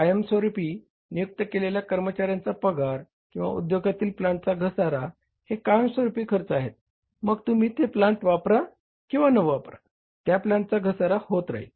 कायमस्वरुपी नियुक्त केलेल्या कर्मचाऱ्यांचा पगार किंवा उद्योगातील प्लांटचा घसारा हे कायमस्वरूपी खर्च आहे मग तुम्ही ते प्लांट वापरा किंवा न वापरा त्या प्लांटचा घसारा होत राहील